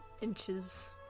inches